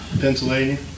Pennsylvania